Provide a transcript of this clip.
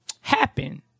happen